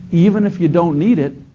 even if you don't need it,